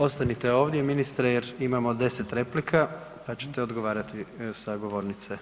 Ostanite ovdje ministre jer imamo deset replika pa ćete odgovarati sa govornice.